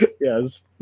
Yes